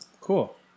cool